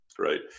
Right